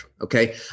Okay